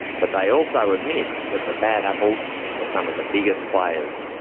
but they also admit that the bad apples were some of the biggest players.